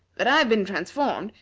that i have been transformed,